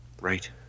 right